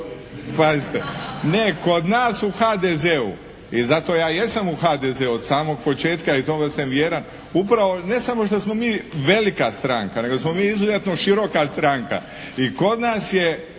Kod nas u HDZ-u i zato ja jesam u HDZ-u od samog početka i tome sam vjeran, upravo ne samo što smo mi velika stranka, nego smo mi izuzetno široka stranka. I kod nas je